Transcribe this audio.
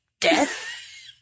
death